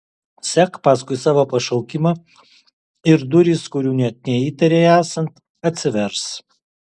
sek paskui savo pašaukimą ir durys kurių net neįtarei esant atsivers